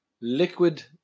Liquid